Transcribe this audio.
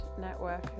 network